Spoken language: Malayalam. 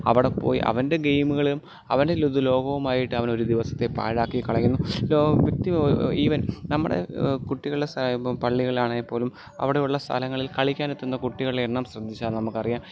അവിടെ പോയി അവൻ്റെ ഗെയിമുകളും അവൻ്റെ ലോകവുമായിട്ട് അവൻ ഒരു ദിവസത്തെ പാഴാക്കി കളയുന്നു വ്യക്തി ഈവൻ നമ്മുടെ കുട്ടികളെ പള്ളികളാണേൽ പോലും അവിടെയുള്ള സ്ഥലങ്ങളിൽ കളിക്കാനെത്തുന്ന കുട്ടികളെ എണ്ണം ശ്രദ്ധിച്ചാൽ നമുക്ക് അറിയാം